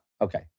Okay